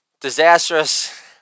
disastrous